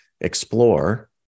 explore